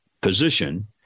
position